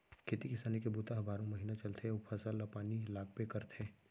खेती किसानी के बूता ह बारो महिना चलथे अउ फसल ल पानी लागबे करथे